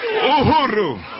Uhuru